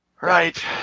Right